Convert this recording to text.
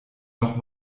noch